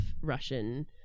Russian